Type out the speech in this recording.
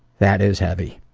that is heavy.